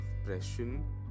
expression